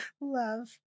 love